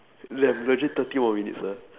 le~ legit thirty more minutes ah